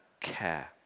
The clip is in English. care